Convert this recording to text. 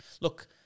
Look